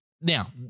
Now